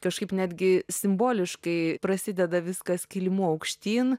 kažkaip netgi simboliškai prasideda viskas kilimu aukštyn